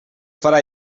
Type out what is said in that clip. farà